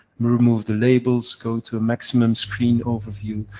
remove the labels, go to maximum screen overview,